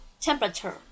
temperature